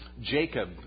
Jacob